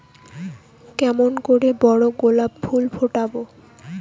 কেমন করে বড় গোলাপ ফুল ফোটাব?